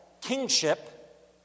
kingship